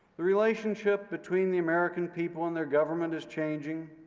the relationship between the american people and their government is changing.